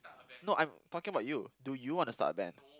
no I'm talking about you do you wanna start a band